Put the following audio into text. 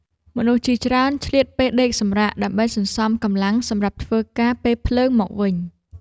មនុស្សជាច្រើនឆ្លៀតពេលដេកសម្រាក ដើម្បីសន្សំកម្លាំងសម្រាប់ធ្វើការពេលភ្លើងមកវិញ។